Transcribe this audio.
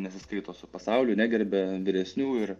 nesiskaito su pasauliu negerbia vyresnių ir